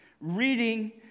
reading